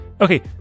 Okay